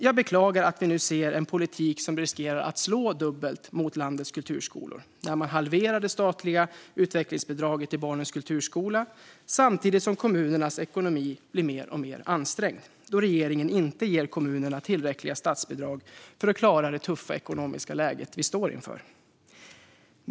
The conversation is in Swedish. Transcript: Jag beklagar att vi nu ser en politik som riskerar att slå dubbelt mot landets kulturskolor, när man halverar det statliga utvecklingsbidraget till barnens kulturskola samtidigt som kommunernas ekonomi blir mer och mer ansträngd då regeringen inte ger kommunerna tillräckliga statsbidrag för att klara det tuffa ekonomiska läge vi står inför.